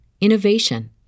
innovation